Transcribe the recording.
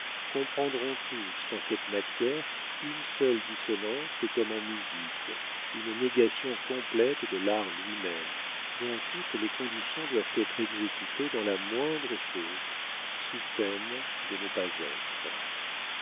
comprendront tous qu'en cette matière une seule dissonance est comme en musique une négation complète de l'art lui-même dont toutes les conditions doivent être exécutées dans la moindre chose sous peine de ne pas être